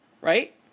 Right